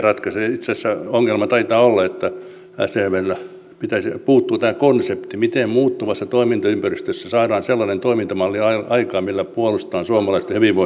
itse asiassa ongelma taitaa olla että sdpllä puuttuu tämä konsepti miten muuttuvassa toimintaympäristössä saadaan sellainen toimintamalli aikaan millä puolustetaan suomalaista hyvinvointiyhteiskuntaa